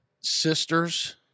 sisters